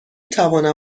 توانم